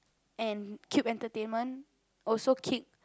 and Cube Entertainment also kick